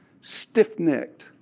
Stiff-necked